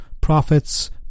prophets